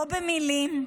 לא במילים,